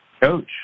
coach